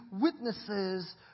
witnesses